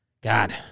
God